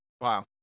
wow